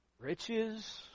Riches